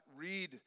read